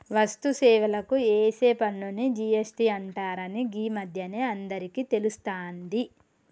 వస్తు సేవలకు ఏసే పన్నుని జి.ఎస్.టి అంటరని గీ మధ్యనే అందరికీ తెలుస్తాంది